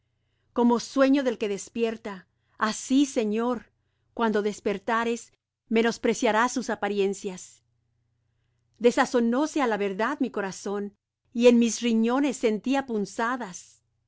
como sueño del que despierta así señor cuando despertares menospreciarás sus apariencias desazonóse á la verdad mi corazón y en mis riñones sentía punzadas